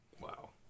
Wow